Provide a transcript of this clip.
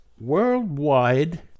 Worldwide